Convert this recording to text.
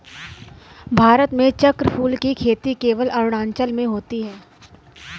भारत में चक्रफूल की खेती केवल अरुणाचल में होती है